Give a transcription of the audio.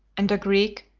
and a greek,